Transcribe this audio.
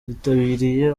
hitabiriye